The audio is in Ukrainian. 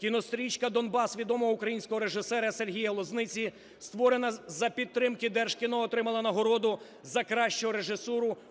Кінострічка "Донбас" відомого українського режисера Сергія Лозниці, створена за підтримки Держкіно, отримала нагороду за кращу режисуру